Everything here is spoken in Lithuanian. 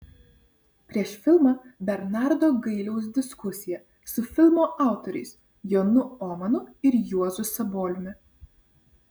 prieš filmą bernardo gailiaus diskusija su filmo autoriais jonu ohmanu ir juozu saboliumi